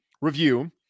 review